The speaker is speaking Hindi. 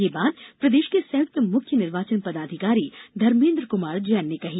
ये बात प्रदेश के संयुक्त मुख्य निर्वाचन पदाधिकारी धर्मेन्द्र कुमार जैन ने कही